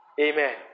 Amen